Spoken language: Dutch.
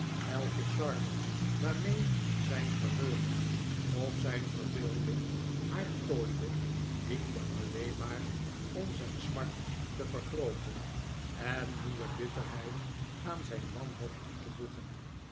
elke charme waarmee zijn geheugen of zijn verbeelding haar tooide diende alleen maar om zijn smart te vergrooten en nieuwe bitterheid aan zijn wanhoop toe te voegen